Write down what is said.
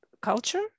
culture